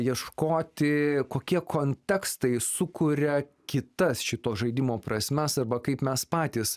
ieškoti kokie kontekstai sukuria kitas šito žaidimo prasmes arba kaip mes patys